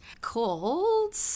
called